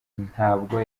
ntabwo